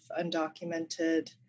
undocumented